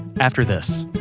after this